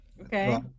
Okay